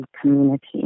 community